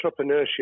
entrepreneurship